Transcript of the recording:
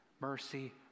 mercy